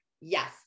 Yes